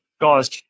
guys